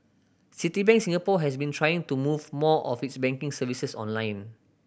Citibank Singapore has been trying to move more of its banking services online